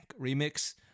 remix